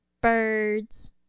birds